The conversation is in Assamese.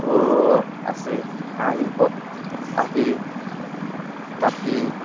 আছে কাঁহ শিল্পত কাঁহী বাতি